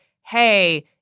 hey